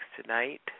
tonight